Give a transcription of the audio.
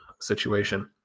situation